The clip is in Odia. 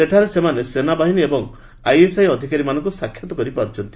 ସେଠାରେ ସେମାନେ ସେନାବାହିନୀ ଏବଂ ଆଇଏସ୍ଆଇ ଅଧିକାରୀମାନଙ୍କୁ ସାକ୍ଷାତ୍ କରିପାରୁଛନ୍ତି